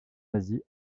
asie